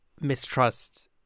mistrust